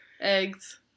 Eggs